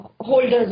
holders